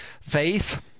faith